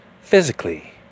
physically